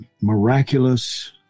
miraculous